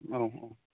अ अ